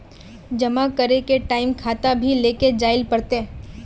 जमा करे के टाइम खाता भी लेके जाइल पड़ते?